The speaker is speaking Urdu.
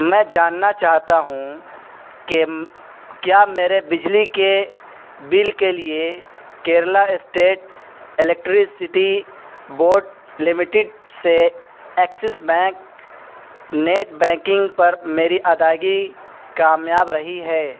میں جاننا چاہتا ہوں کہ کیا میرے بجلی کے بل کے لیے Kerala state electricity board limited سے ایکسس بینک نیٹ بینکنگ پر میری ادائیگی کامیاب رہی ہے